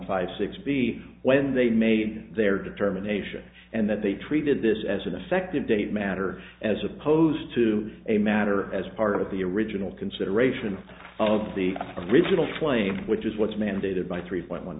five six b when they made their determination and that they treated this as an effective date matter as opposed to a matter as part of the original consideration of the original claim which is what is mandated by three point one